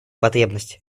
потребности